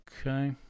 Okay